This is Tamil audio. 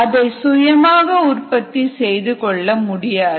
அதை சுயமாக உற்பத்தி செய்து கொள்ள முடியாது